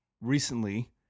recently